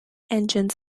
engines